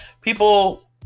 people